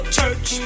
church